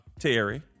Terry